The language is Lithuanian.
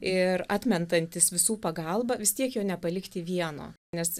ir atmetantis visų pagalbą vis tiek jo nepalikti vieno nes